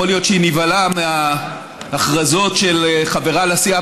יכול להיות שהיא נבהלה מההכרזות של חברה לסיעה